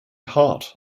heart